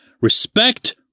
Respect